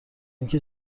اینکه